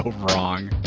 wrong